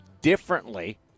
differently